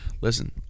Listen